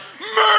Murder